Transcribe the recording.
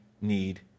need